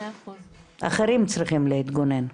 אחרים צריכים להתגונן.